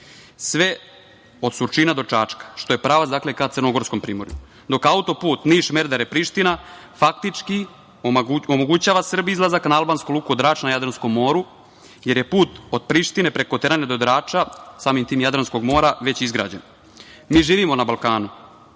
sve od Surčina do Čačka, što je pravac ka crnogorskom primorju, dok auto-put Niš-Merdare-Priština faktički omogućava Srbiji izlazak na albansku luku Drač na Jadranskom moru, jer je put od Prištine preko Tirane do Drača, samim tim Jadranskog mora, već izgrađen. Mi živimo na Balkanu